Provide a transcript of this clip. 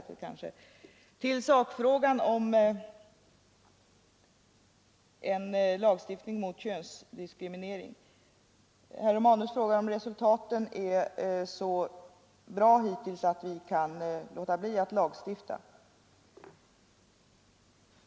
Till sakfrågan om en lagstiftning mot könsdiskriminering: Herr Romanus frågar om resultaten är så bra hittills att vi kan låta bli att lagstifta.